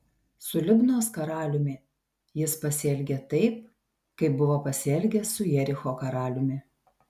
su libnos karaliumi jis pasielgė taip kaip buvo pasielgęs su jericho karaliumi